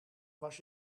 was